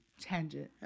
tangent